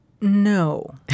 No